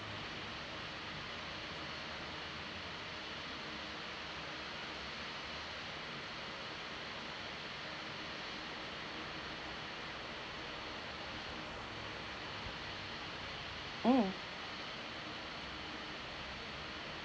mm